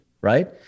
right